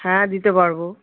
হ্যাঁ দিতে পারবো